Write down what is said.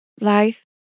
life